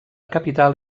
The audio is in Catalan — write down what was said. capital